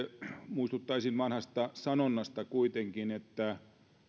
muistuttaisin kuitenkin vanhasta sanonnasta että